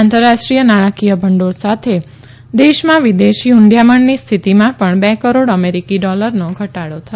આંતરરાષ્ટ્રીય નાણાંકીય ભંડોળ સાથે દેશમાં વિદેશી હંડિયામણની સ્થિતિમાં પણ બે કરોડ અમેરિકી ડોલરનો ઘટાડો થયો છે